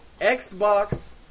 Xbox